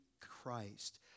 Christ